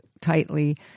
tightly